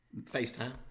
FaceTime